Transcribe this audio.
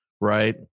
Right